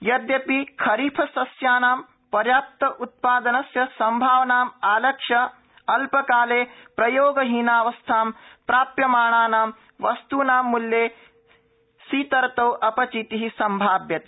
यद्यपि खरीफ शस्यानां र्याप्त उत् दिनस्य सम्भावनाम आलक्ष्य अल काले प्रयोगहीनावस्थां प्राप्यमाणानं वस्तूनां मूल्ये शीतर्तौ अ चितिः सम्भाव्यते